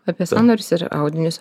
apie sąnarius ir audinius